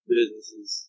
businesses